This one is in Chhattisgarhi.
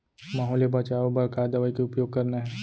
माहो ले बचाओ बर का दवई के उपयोग करना हे?